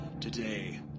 Today